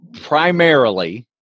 primarily